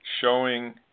showing